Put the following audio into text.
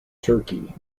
turkey